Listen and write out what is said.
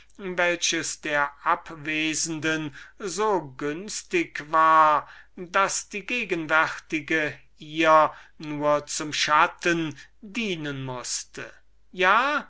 welches der abwesenden so günstig war daß die gegenwärtige ihr nur zum schatten dienen mußte ja